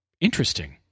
Interesting